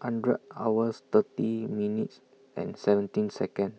hundred hours thirty minutes and seventeen Seconds